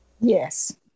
Yes